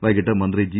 വൈകിട്ട് മന്ത്രി ജി